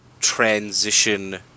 transition